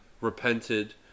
repented